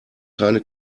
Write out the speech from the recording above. keine